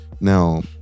Now